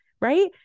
Right